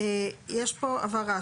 יש פה הבהרה,